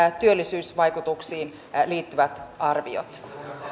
työllisyysvaikutuksiin liittyvät arviot